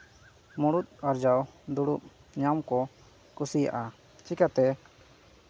ᱢᱩᱬᱩᱫ ᱟᱨᱡᱟᱣ ᱧᱟᱢ ᱠᱚ ᱠᱩᱥᱤᱭᱟᱜᱼᱟ ᱪᱤᱠᱟᱛᱮ